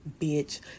bitch